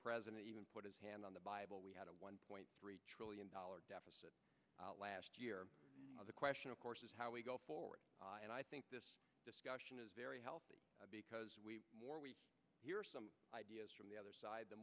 president even put his hand on the bible we had a one point three trillion dollar deficit last year the question of course is how we go forward and i think this discussion is very healthy because we hear some ideas from the other side the